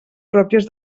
pròpies